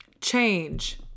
Change